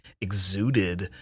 exuded